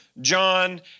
John